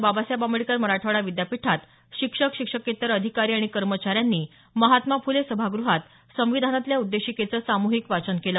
बाबासाहेब आंबेडकर मराठवाडा विद्यापीठात शिक्षक शिक्षकेत्तर अधिकारी आणि कर्मचाऱ्यांनी महात्मा फुले सभागृहात संविधानातल्या उद्देशिकेचं सामृहिक वाचन केलं